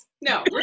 No